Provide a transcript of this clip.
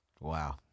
Wow